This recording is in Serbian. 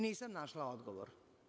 Nisam našla odgovor.